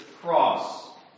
cross